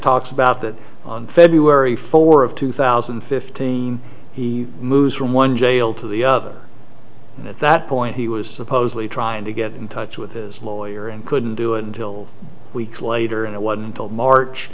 talks about that on february four of two thousand and fifteen he moves from one jail to the other and at that point he was supposedly trying to get in touch with his lawyer and couldn't do it until weeks later in a while until march